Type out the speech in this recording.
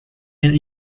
and